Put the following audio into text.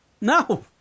No